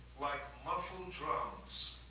like muffled drums,